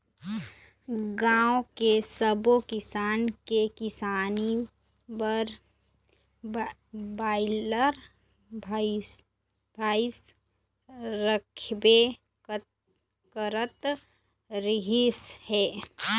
गाँव के सब्बो किसान के किसानी बर बइला भइसा राखबे करत रिहिस हे